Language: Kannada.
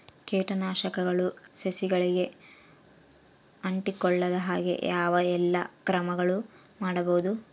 ಕೇಟನಾಶಕಗಳು ಸಸಿಗಳಿಗೆ ಅಂಟಿಕೊಳ್ಳದ ಹಾಗೆ ಯಾವ ಎಲ್ಲಾ ಕ್ರಮಗಳು ಮಾಡಬಹುದು?